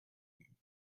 ﮐﺸﯿﺪﯾﻢ